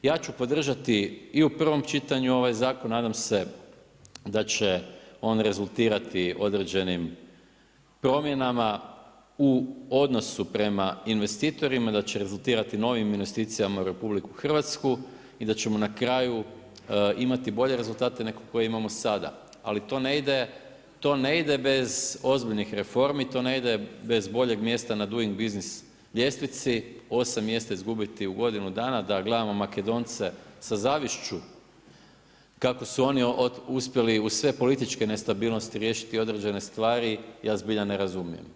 Ja ću podržati i u prvom čitanju ovaj zakon, nadam se da će on rezultirati određenim promjenama u odnosu prema investitorima, da će rezultirati novim investicijama u RH i da ćemo na kraju imati bolje rezultate nego koje imamo sada ali to ne ide bez ozbiljnih reformi, to ne ide bez boljeg mjesta na Doing Business ljestvici, 8 mjesta izgubiti u godinu dana da gledamo Makedonce sa zavišću kako su oni uspjeli uz sve političke nestabilnosti riješiti određene stvari, ja zbilja ne razumijem.